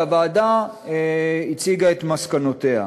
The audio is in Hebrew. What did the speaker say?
והוועדה הציגה את מסקנותיה.